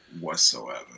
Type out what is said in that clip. whatsoever